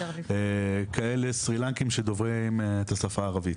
כאלה סרילנקים שדוברים את השפה הערבית.